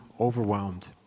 overwhelmed